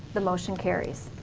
the motion carries.